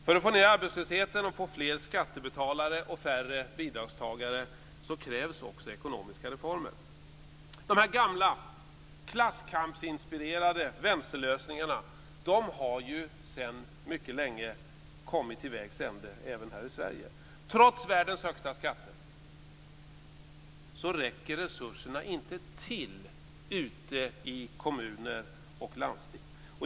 För att få ned arbetslösheten och få fler skattebetalare och färre bidragstagare krävs också ekonomiska reformer. De gamla klasskampsinspirerade vänsterlösningarna har sedan mycket länge kommit till vägs ände även här i Sverige. Trots världens högsta skatter räcker resurserna inte till ute i kommuner och landsting.